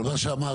אבל מה שאמרת,